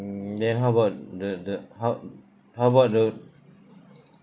then how about the the how how about the